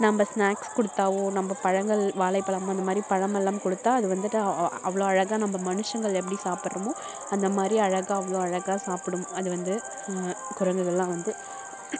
நம்ம ஸ்நாக்ஸ் குடுத்தாலோ நம்ம பழங்கள் வாழைப்பழம் அந்த மாதிரி பழம் எல்லாம் குடுத்தால் அது வந்துவிட்டு அவ்வளோ அழகாக நம்ம மனுஷங்கள் எப்படி சாப்பிட்றமோ அந்த மாதிரி அழகாக அவ்வளோ அழகாக சாப்பிடும் அது வந்து குரங்குகள்லாம் வந்து